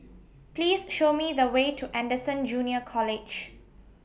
Please Show Me The Way to Anderson Junior College